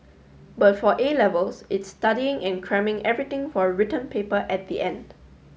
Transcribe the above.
but for A Levels it's studying and cramming everything for a written paper at the end